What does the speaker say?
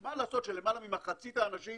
מה לעשות שלמעלה ממחצית האנשים